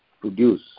produce